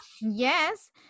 Yes